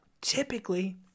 typically